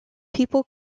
people